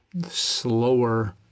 slower